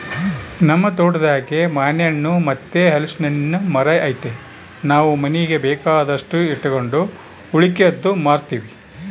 ನಮ್ ತೋಟದಾಗೇ ಮಾನೆಣ್ಣು ಮತ್ತೆ ಹಲಿಸ್ನೆಣ್ಣುನ್ ಮರ ಐತೆ ನಾವು ಮನೀಗ್ ಬೇಕಾದಷ್ಟು ಇಟಗಂಡು ಉಳಿಕೇದ್ದು ಮಾರ್ತೀವಿ